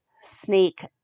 snake